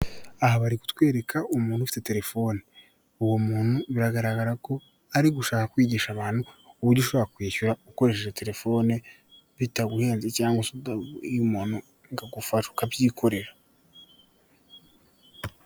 Aha bari kutwereka umuntu ufite terefone. Uwo muntu biragaragara ko ari gushaka kwigisha abantu, uburyo ushobora kwishyura ukoresheje terefone bitaguhenze cyangwa se utabwiye umuntu ngo agufashe ukabyikorera.